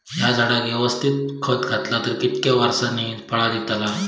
हया झाडाक यवस्तित खत घातला तर कितक्या वरसांनी फळा दीताला?